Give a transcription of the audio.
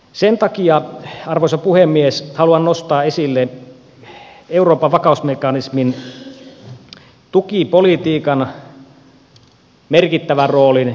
sen takia arvoisa puhemies haluan nostaa esille euroopan vakausmekanismin tukipolitiikan merkittävän roolin